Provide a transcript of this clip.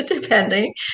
depending